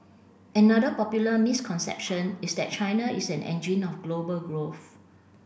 another popular misconception is that China is an engine of global growth